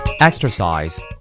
Exercise